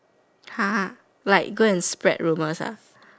!huh! like go and spread rumors ah